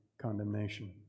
condemnation